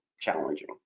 challenging